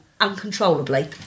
uncontrollably